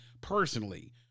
personally